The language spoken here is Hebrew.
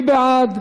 מי בעד?